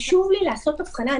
חשוב לי לעשות הבחנה.